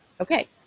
okay